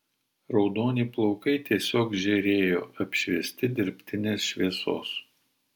raudoni plaukai tiesiog žėrėjo apšviesti dirbtinės šviesos